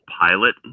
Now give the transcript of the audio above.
pilot